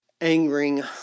angering